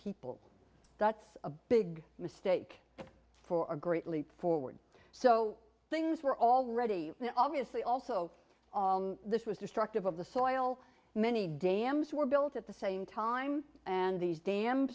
people that's a big mistake for a great leap forward so things were already obviously also this was destructive of the soil many dams were built at the same time and these dam